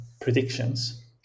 predictions